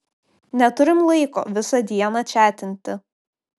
neturim laiko visą dieną čiatinti